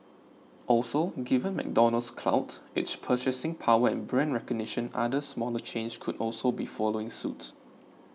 also given McDonald's clout its purchasing power and brand recognition other smaller chains could also be following suit